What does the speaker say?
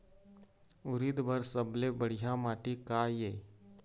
उरीद बर सबले बढ़िया माटी का ये?